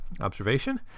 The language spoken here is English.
observation